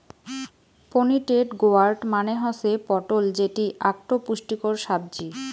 pointed গোয়ার্ড মানে হসে পটল যেটি আকটো পুষ্টিকর সাব্জি